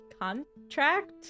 contract